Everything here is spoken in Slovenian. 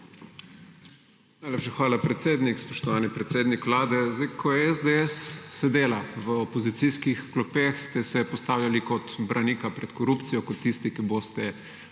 Najlepša hvala predsednik. Spoštovani predsednik Vlade! Ko je SDS sedela v opozicijskih klopeh, ste se postavljali kot branik pred korupcijo, kot tisti, ki boste